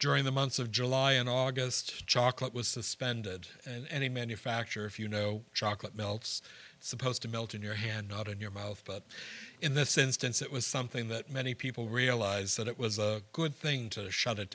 during the months of july and august chocolate was suspended and the manufacturer if you know chocolate melts supposed to melt in your hand not in your mouth but in this instance it was something that many people realize that it was a good thing to shut it